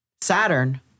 Saturn